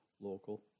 local